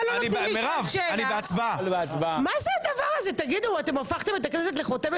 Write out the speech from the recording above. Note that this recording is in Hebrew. הצעת החוק תעבור לוועדת חוץ